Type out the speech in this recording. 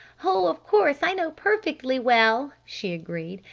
oh, of course, i know perfectly well, she agreed,